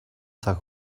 цаг